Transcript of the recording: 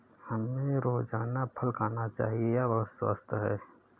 हमें रोजाना फल खाना चाहिए, यह बहुत स्वस्थ है